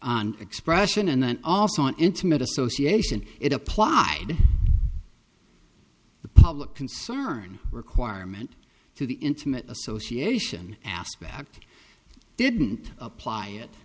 expression and then also intimate association it applied the public concern requirement to the intimate association aspect didn't apply it